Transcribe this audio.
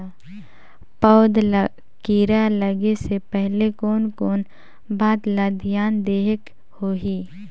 पौध ला कीरा लगे से पहले कोन कोन बात ला धियान देहेक होही?